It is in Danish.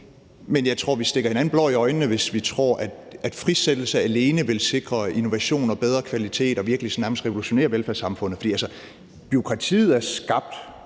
Men jeg tror, vi stikker hinanden blår i øjnene, hvis vi tror, at frisættelse alene vil sikre innovation og bedre kvalitet og virkelig sådan nærmest revolutionere velfærdssamfundet, for bureaukratiet er skabt